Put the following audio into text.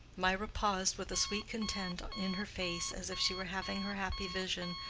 mirah paused with a sweet content in her face, as if she were having her happy vision,